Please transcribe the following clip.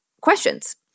questions